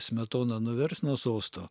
smetoną nuverst nuo sosto